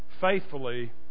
faithfully